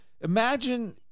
imagine